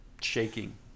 shaking